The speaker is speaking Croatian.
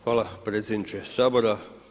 Hvala predsjedniče Sabora.